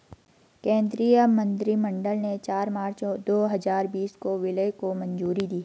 केंद्रीय मंत्रिमंडल ने चार मार्च दो हजार बीस को विलय को मंजूरी दी